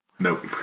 Nope